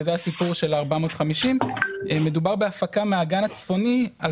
שזה הסיפור של 450. מדובר בהפקה מהאגן הצפוני על